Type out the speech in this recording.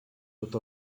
tot